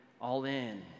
all-in